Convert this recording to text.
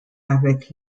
avec